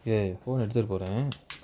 ya